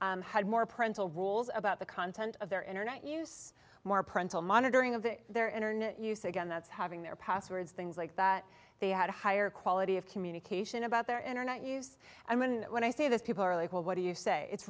well had more printable rules about the content of their internet use more parental monitoring of their internet use again that's having their passwords things like that they had a higher quality of communication about their internet use i mean when i say this people are like well what do you say it's